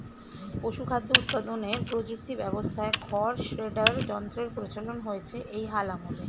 পশুখাদ্য উৎপাদনের প্রযুক্তি ব্যবস্থায় খড় শ্রেডার যন্ত্রের প্রচলন হয়েছে এই হাল আমলে